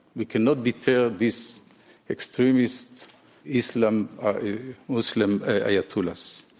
we cannot deter these extremist muslim muslim ayatollahs.